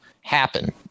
happen